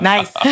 Nice